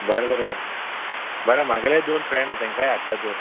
बरें बरें बरें म्हागेले दोन फ्रेंड आहा तेंकाय हाडटा तर